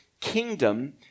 kingdom